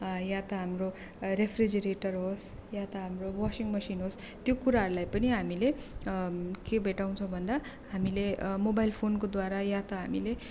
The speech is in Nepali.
हाम्रो रेफ्रिजिरेटर होस् या त हाम्रो वसिङ मसिन होस् त्यो कुराहरूलाई पनि हामीले के भेट्टाउँछौ भन्दा हामीले मोबाइल फोनको द्वारा या त हामीले